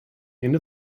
into